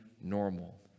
normal